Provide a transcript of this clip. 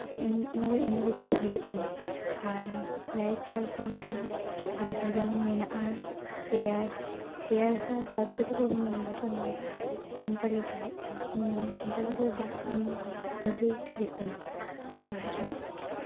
ᱚᱱᱟ ᱫᱚ ᱤᱝᱨᱮᱡᱤ ᱦᱩᱭᱩᱜ ᱠᱟᱱᱟ ᱟᱨ ᱞᱟᱹᱭ ᱥᱟᱶ ᱥᱟᱶ ᱛᱮᱦᱚᱸ ᱟᱨᱚ ᱡᱮᱢᱚᱱ ᱢᱮᱱᱟᱜᱼᱟ ᱪᱮᱭᱟᱨ ᱪᱮᱭᱟᱨ ᱦᱚᱸ ᱦᱚᱲ ᱛᱮᱫᱚ ᱵᱟᱵᱚᱱ ᱢᱮᱱᱫᱟ ᱚᱱᱟ ᱫᱚ ᱥᱟᱱᱛᱟᱲᱤ ᱛᱮ ᱦᱩᱭᱩᱜ ᱠᱟᱱᱟ ᱥᱟᱱᱛᱧ ᱤ ᱛᱮᱫᱚ ᱵᱟᱝ ᱤᱝᱨᱮᱡᱤ ᱛᱮ ᱦᱩᱭᱩᱜ ᱠᱟᱱᱟ ᱟᱨ